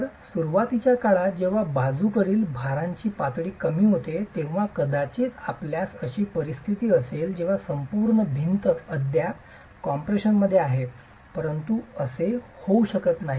तर सुरुवातीच्या काळात जेव्हा बाजूकडील भारांची पातळी कमी होते तेव्हा कदाचित आपल्यास अशी परिस्थिती असेल जेव्हा संपूर्ण भिंत अद्याप कॉम्प्रेशनमध्ये आहे परंतु असे होऊ शकत नाही